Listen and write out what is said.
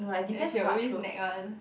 and then she'll always nag one